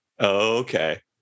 Okay